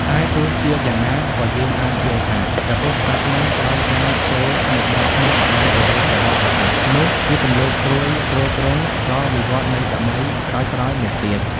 តែទោះជាយ៉ាងណា ក៏យើងអាចយល់ថា ព្រះពុទ្ធសាសនាក្រោយការចូលមកដល់ក្នុងសម័យបុរេប្រវត្តិសាស្ត្រនោះ ជាពន្លកត្រួយទ្រទ្រង់ដល់វិវឌ្ឍន៍នៃសម័យក្រោយៗមកទៀត ។